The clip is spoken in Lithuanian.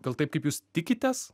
gal taip kaip jūs tikitės